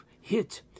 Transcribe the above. hit